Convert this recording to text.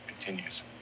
continues